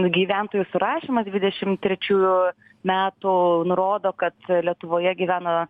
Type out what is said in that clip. gyventojų surašymas dvidešim trečių metų nurodo kad lietuvoje gyvena